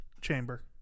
chamber